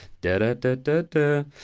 da-da-da-da-da